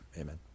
Amen